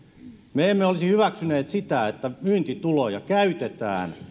me emme olisi hyväksyneet sitä että myyntituloja käytetään